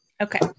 Okay